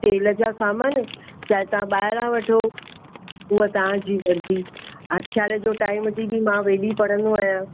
तेल जा सामान चाहे तव्हां ॿाहिरां वठो उहा तव्हांजी मर्ज़ी हथियाले जो टाइम जी बि मां वेॾी पढ़ंदो आहियां